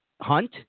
Hunt